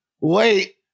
wait